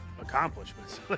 accomplishments